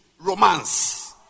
romance